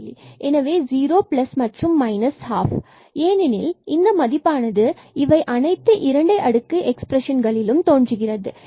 எனவே zero plus மற்றும் minus half 12 ஏனெனில் இந்த மதிப்பானது இவை அனைத்து இரட்டை அடுக்கு எக்ஸ்பிரஷன் களிலும் தோன்றுகிறது